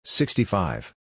sixty-five